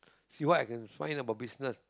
see what I can find about business